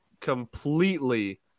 completely